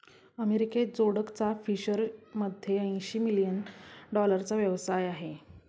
अमेरिकेत जोडकचा फिशरीमध्ये ऐंशी मिलियन डॉलरचा व्यवसाय आहे